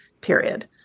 period